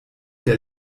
der